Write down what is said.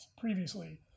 previously